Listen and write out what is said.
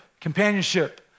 companionship